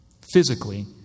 Physically